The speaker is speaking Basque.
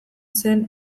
zen